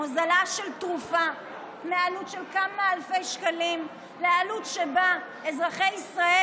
זו הוזלה של תרופה מעלות של כמה אלפי שקלים לעלות שבה אזרחי ישראל